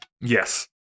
yes